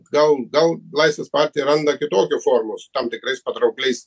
gal gal laisvės partija randa kitokių formų su tam tikrais patraukliais